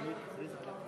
רציתי לנעול את הישיבה,